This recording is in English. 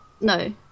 No